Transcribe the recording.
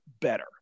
better